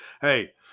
Hey